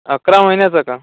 अकरा महिन्याचा का